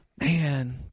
Man